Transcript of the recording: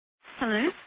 Hello